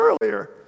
earlier